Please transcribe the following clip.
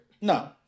No